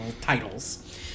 titles